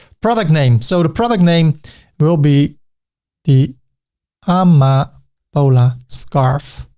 product name so the product name will be the um ah amapola scarf.